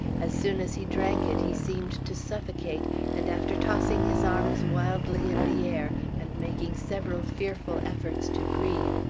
as soon as he drank it he seemed to suffocate and after tossing his arms wildly in the air, and making several fearful efforts to breathe,